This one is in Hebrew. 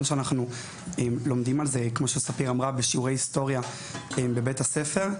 שאנחנו לומדים עליו בשיעורי היסטוריה בבית הספר.